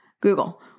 Google